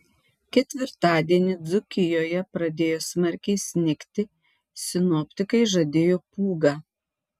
ketvirtadienį dzūkijoje pradėjo smarkiai snigti sinoptikai žadėjo pūgą